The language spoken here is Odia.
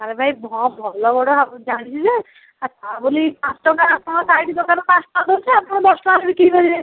ଆରେ ଭାଇ ହଁ ଭଲ ଗୁଡ଼ା ଜାଣିଛି ଯେ ଆ ତା ବୋଲି ପାଞ୍ଚ୍ଟଙ୍କା ଆପଣଙ୍କ ସାଇଟ୍ ଦୋକାନ ପାଞ୍ଚ୍ଟଙ୍କା ଦେଉଛି ଆପଣ ଦଶ ଟଙ୍କାରେ ବିକ୍ରି କରିବେ